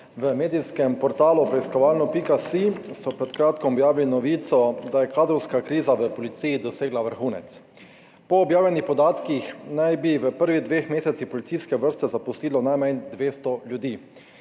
Na medijskem portalu Preiskovalno.si so pred kratkim objavili novico, da je kadrovska kriza v Policiji dosegla vrhunec. Po objavljenih podatkih naj bi v prvih dveh mesecih policijske vrste zapustilo najmanj 200 ljudi,